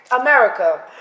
America